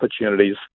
opportunities